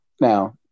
now